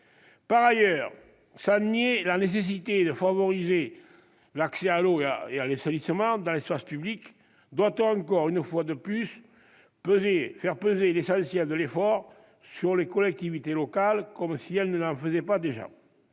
Par ailleurs, sans nier la nécessité de favoriser l'accès à l'eau et à l'assainissement dans l'espace public, doit-on faire encore une fois peser l'essentiel de l'effort sur les collectivités locales, comme si elles n'en faisaient pas déjà